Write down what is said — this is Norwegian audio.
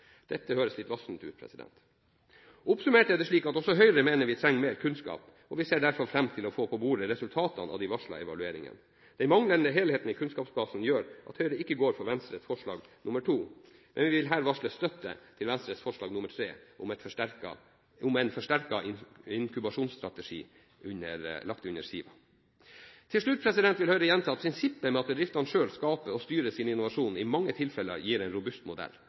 Dette høres litt vassent ut. Oppsummert er det slik at også Høyre mener at vi trenger mer kunnskap, og vi ser derfor fram til å få på bordet resultatene av de varslede evalueringene. Den manglende helheten i kunnskapsbasen gjør at Høyre ikke går for Venstres forslag, nr. 2, men vi vil her varsle støtte til Venstres forslag, nr. 3, om en forsterket inkubasjonsstrategi, lagt under SIVA. Til slutt vil Høyre gjenta at prinsippet med at bedriftene selv skaper og styrer sin innovasjon, i mange tilfeller gir en robust modell.